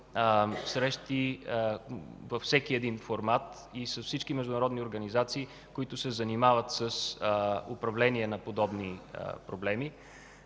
във всеки един формат и с всички международни организации, които се занимават с управление на подобни проблеми,